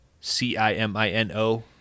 C-I-M-I-N-O